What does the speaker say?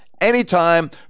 anytime